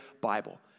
Bible